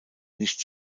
nicht